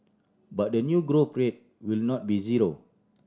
but the new growth rate will not be zero